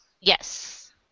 yes